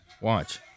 Watch